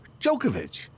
Djokovic